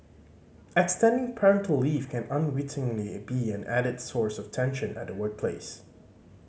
extending parental leave can unwittingly be an added source of tension at the workplace